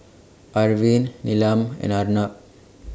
Arvind Neelam and Arnab